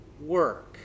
work